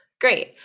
great